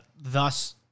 thus